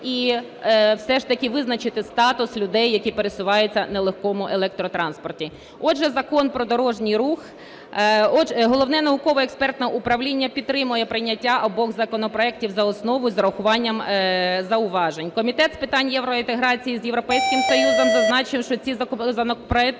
і все ж таки визначити статус людей, які пересуваються на легкому електротранспорті. Отже, Закон "Про дорожній рух"… Головне науково-експертне управління підтримує прийняття обох законопроектів за основу з урахуванням зауважень. Комітет з питань євроінтеграції з Європейським Союзом зазначив, що ці законопроекти